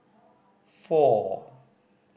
four